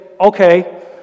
okay